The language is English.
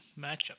matchup